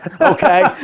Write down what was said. okay